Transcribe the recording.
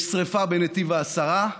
יש שרפה בנתיב העשרה,